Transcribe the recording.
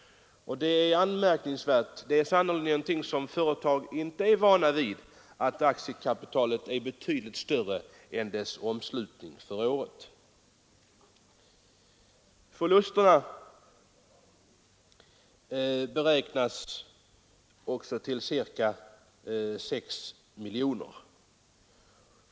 Detta är anmärkningsvärt, eftersom det sannerligen inte är vanligt att aktiekapitalet är betydligt större än bolagets omslutning för året. Förlusterna beräknas till ca 6 miljoner.